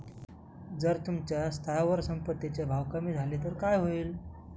जर तुमच्या स्थावर संपत्ती चे भाव कमी झाले तर काय होईल?